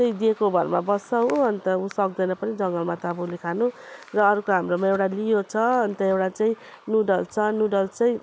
त्यही दिएको भरमा बस्छ ऊ अन्त ऊ सक्दैन पनि जङ्गलमा त अब उसले खानु र अर्को हाम्रोमा एउटा लियो छ अन्त एउटा चाहिँ नुडल्स छ नुडल्स चाहिँ